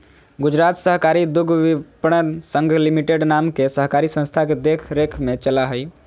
गुजरात सहकारी दुग्धविपणन संघ लिमिटेड नाम के सहकारी संस्था के देख रेख में चला हइ